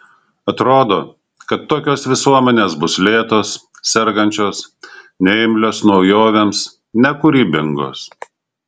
atrodo kad tokios visuomenės bus lėtos sergančios neimlios naujovėms nekūrybingos